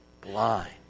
blind